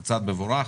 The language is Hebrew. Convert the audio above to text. זה צעד מבורך.